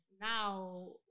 Now